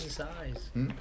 size